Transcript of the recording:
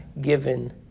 given